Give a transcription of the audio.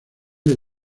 del